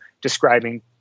describing